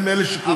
הם אלה שקובעים.